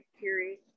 period